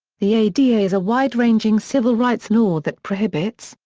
the ada is a wide-ranging civil rights law that prohibits,